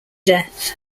death